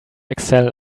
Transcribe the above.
excel